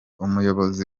umuyobozi